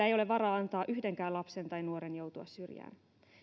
ei ole varaa antaa yhdenkään lapsen tai nuoren joutua syrjään